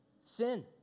Sin